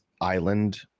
island